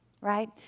right